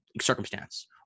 circumstance